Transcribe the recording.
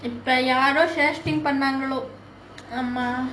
இப்ப யாரோ:ippa yaaro share screen பண்ணாங்களோ ஆமா ஆமா:pannaangalo aamaa aamaa